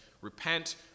Repent